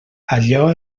allò